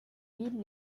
villes